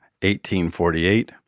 1848